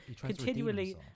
continually